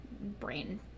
brain